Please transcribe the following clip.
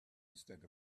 instead